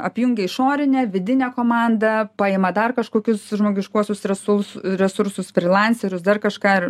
apjungia išorinę vidinę komandą paima dar kažkokius žmogiškuosius resursus resursus frilanserius dar kažką